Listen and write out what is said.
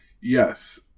Yes